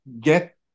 get